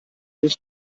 bis